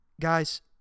Guys